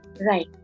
Right